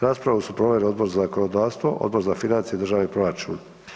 Raspravu su proveli Odbor za zakonodavstvo, Odbor za financije i državni proračun.